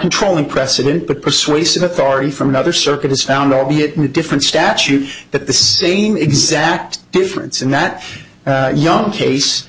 controlling precedent but persuasive authority from another circuit is found albeit with different statutes that the same exact difference in that young case